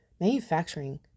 Manufacturing